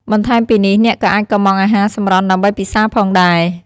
បន្ថែមពីនេះ អ្នកក៏អាចកុម្ម៉ង់អាហារសម្រន់ដើម្បីពិសារផងដែរ។